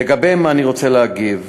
לגביהם אני רוצה להגיב.